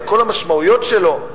על כל המשמעויות שלו,